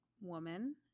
woman